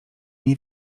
nie